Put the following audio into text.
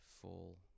full